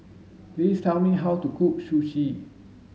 please tell me how to cook Sushi